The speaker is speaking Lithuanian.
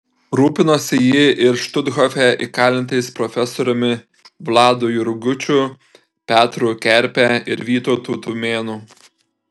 rūpinosi ji ir štuthofe įkalintais profesoriumi vladu jurgučiu petru kerpe ir vytautu tumėnu